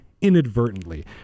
inadvertently